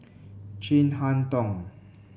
Chin Harn Tong